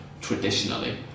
traditionally